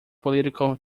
political